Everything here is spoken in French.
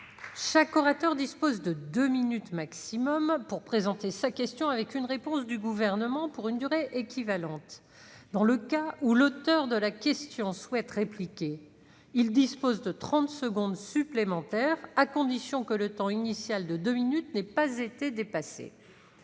chaque orateur dispose de deux minutes au maximum pour présenter sa question, avec une réponse du Gouvernement pour une durée équivalente. Dans le cas où l'auteur de la question souhaite répliquer, il dispose de trente secondes supplémentaires, à la condition que le temps initial de deux minutes n'ait pas été dépassé.